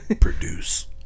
Produce